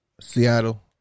Seattle